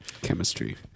Chemistry